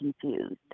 confused